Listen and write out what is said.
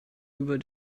über